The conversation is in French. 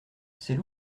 c’est